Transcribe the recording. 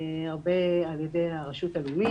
הרבה על ידי הרשות הלאומית.